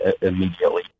immediately